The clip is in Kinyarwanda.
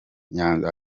nyanza